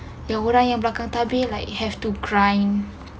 the would I have belakang tapi like have to climb